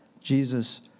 Jesus